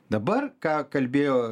dabar ką kalbėjo